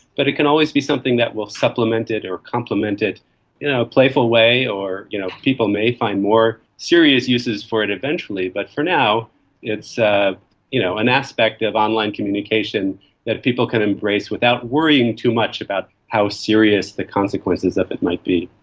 but it can always be something that will supplement it or complement it in you know a playful way. or you know people may find more serious uses for it eventually. but for now it's ah you know an aspect of online communication that people can embrace without worrying too much about how serious the consequences of it might be.